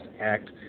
Act